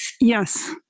Yes